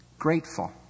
grateful